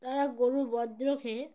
তারা গরুর বর্জ্য খেয়ে